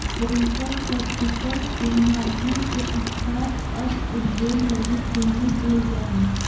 venture capital के माध्यम से स्टार्टअप उद्योग लगी पूंजी देल जा हई